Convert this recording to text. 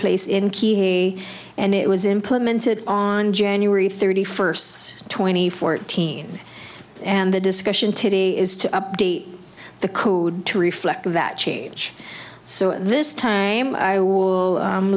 place in key and it was implemented on january thirty first twenty fourteen and the discussion today is to update the code to reflect that change so this time